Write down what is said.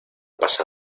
pasa